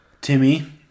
Timmy